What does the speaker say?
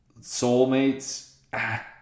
soulmates